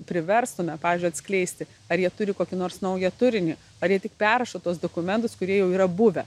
priverstume pavyzdžiui atskleisti ar jie turi kokį nors naują turinį ar jie tik perrašo tuos dokumentus kurie jau yra buvę